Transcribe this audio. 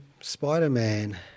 Spider-Man